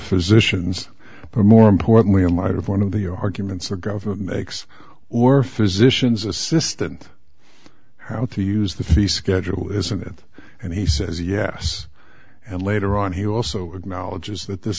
physicians but more importantly in light of one of the arguments a government makes or physicians assistant how to use the fee schedule isn't it and he says yes and later on he also acknowledges that this